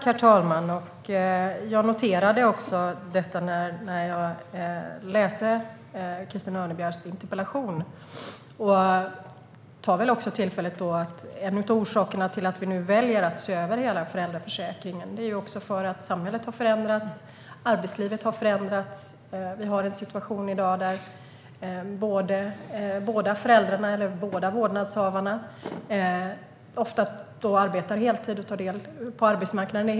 Herr talman! När jag läste Christina Örnebjärs interpellation noterade jag detta. Några av orsakerna till att vi ser över hela föräldraförsäkringen är att samhället har förändrats, att arbetslivet har förändrats. I dag arbetar ofta båda vårdnadshavarna heltid, deltar på heltid på arbetsmarknaden.